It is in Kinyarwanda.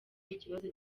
ikibazo